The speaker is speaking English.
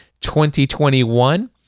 2021